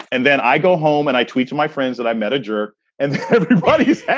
and then i go home and i teach my friends that i met roger and but yeah